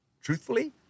Truthfully